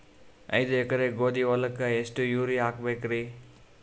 ಐದ ಎಕರಿ ಗೋಧಿ ಹೊಲಕ್ಕ ಎಷ್ಟ ಯೂರಿಯಹಾಕಬೆಕ್ರಿ?